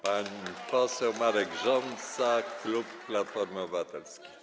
Pan poseł Marek Rząsa, klub Platformy Obywatelskiej.